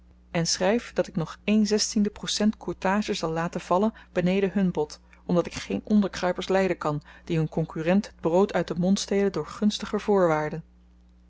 en schryf dat ik nog procent courtage zal laten vallen beneden hun bod omdat ik geen onderkruipers lyden kan die een konkurrent het brood uit den mond stelen door gunstiger voorwaarden